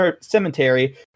Cemetery